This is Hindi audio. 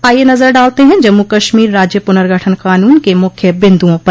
आइये नजर डालते हैं जम्मू कश्मीर राज्य पुनर्गठन कानून के मुख्य बिन्दुओं पर